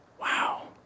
wow